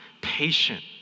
patient